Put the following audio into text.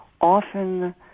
often